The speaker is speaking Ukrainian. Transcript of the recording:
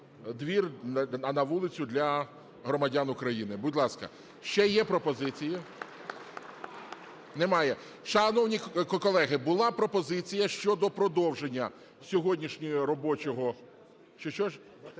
двір, на вулицю для громадян України. Будь ласка, ще є пропозиції? Немає. Шановні колеги, була пропозиція щодо продовження сьогоднішнього робочого...